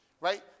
Right